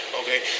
Okay